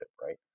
right